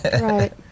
Right